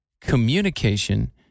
Communication